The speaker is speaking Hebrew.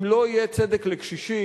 אם לא יהיה צדק לקשישים